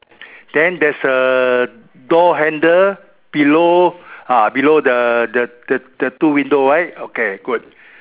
then there's a door handle below ah below the the the two window right okay good